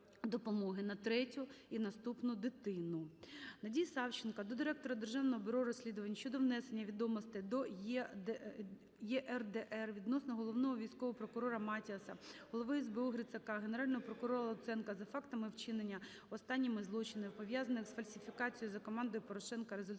допомоги на третю і наступну дитину.